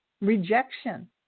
Rejection